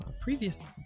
previous